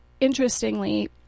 interestingly